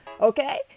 okay